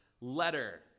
letter